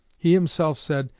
he himself said,